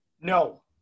No